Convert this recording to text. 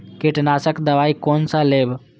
कीट नाशक दवाई कोन सा लेब?